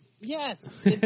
Yes